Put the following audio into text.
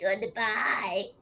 Goodbye